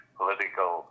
political